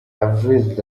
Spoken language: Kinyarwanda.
avril